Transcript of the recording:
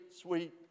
sweet